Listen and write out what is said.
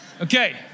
Okay